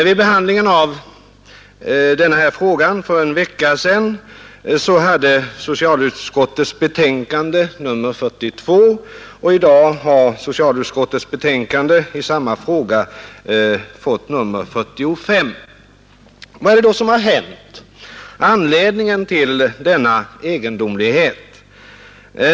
Vid behandlingen av denna fråga för en vecka sedan hade socialutskottets betänkande nummer 42 och i dag har socialutskottets betänkande i samma fråga fått numret 45. Vad är det då som har hänt? Vad är anledningen till denna egendomlighet?